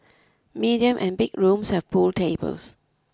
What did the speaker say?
medium and big rooms have pool tables